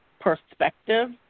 perspective